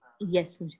yes